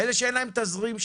ואין להם תזרים.